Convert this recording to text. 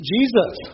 Jesus